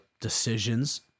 decisions